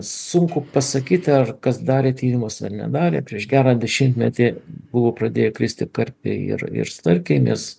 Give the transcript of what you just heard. sunku pasakyti ar kas darė tyrimus ar nedarė prieš gerą dešimtmetį buvo pradėję kristi karpiai ir ir starkiai nes